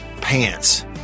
pants